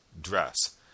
Dress